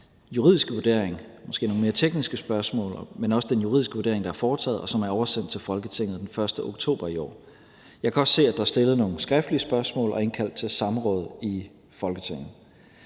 juridiske vurdering, måske nogle mere tekniske spørgsmål, men også den juridiske vurdering, der er foretaget, og som er oversendt til Folketinget den 1. oktober i år. Jeg kan også se, at der er stillet nogle skriftlige spørgsmål og indkaldt til samråd i Folketinget.